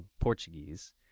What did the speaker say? Portuguese